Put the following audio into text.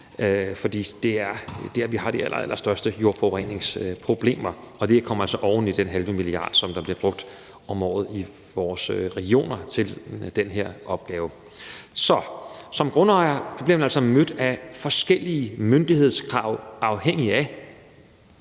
for det er der, vi har de allerallerstørste jordforureningsproblemer. Det kommer altså oven i de 0,5 mia. kr., som der bliver brugt om året i vores regioner på den her opgave. Som grundejer bliver man altså mødt af forskellige myndighedskrav, afhængigt af